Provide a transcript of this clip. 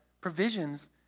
provisions